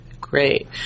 Great